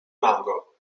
mango